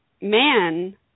man